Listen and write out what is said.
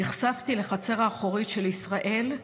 נחשפתי לחצר האחורית של ישראל,